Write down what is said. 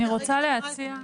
אני רוצה להציע.